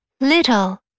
little